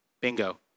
Bingo